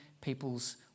people's